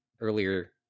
earlier